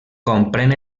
comprèn